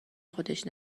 خودش